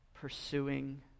pursuing